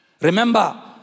Remember